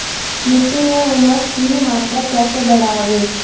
मिट्टी में ऊमस की मात्रा कैसे बदाबे?